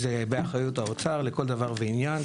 היא שהם באחריות האוצר לכל דבר ועניין.